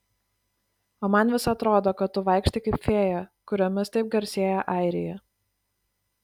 o man vis atrodo kad tu vaikštai kaip fėja kuriomis taip garsėja airija